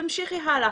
תמשיכי הלאה".